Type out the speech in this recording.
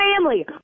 family